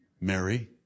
Mary